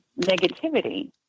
negativity